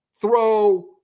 throw